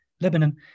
Lebanon